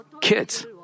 kids